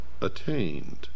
attained